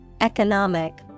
economic